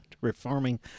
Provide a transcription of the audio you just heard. reforming